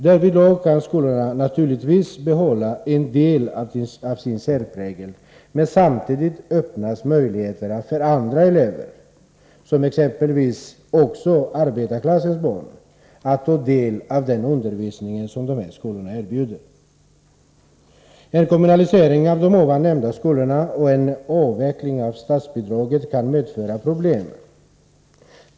Därvid kan skolorna naturligtvis behålla en del av sin särprägel, men samtidigt öppnas möjligheter för andra elever, exempelvis även för arbetarklassens barn, att få del av den undervisning som dessa skolor erbjuder. En kommunalisering av de nämnda skolorna och en avveckling av statsbidraget kan medföra problem.